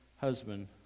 husband